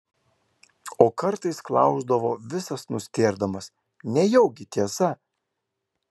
o kartais klausdavo visas nustėrdamas nejaugi tiesa